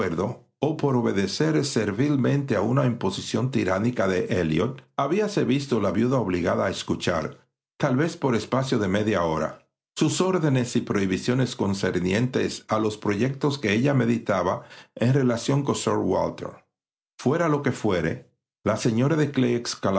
o por obedecer servilmente a una imposición tiránica de elliot habíase visto la viuda obligada a escuchartal vez por espacio de media horasus órdenes y prohibiciones concernientes a los proyectos que ella meditaba en relación con sir walter fuera lo que fuere la señora de